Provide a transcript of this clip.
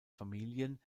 familien